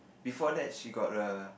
before that she got a